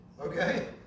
Okay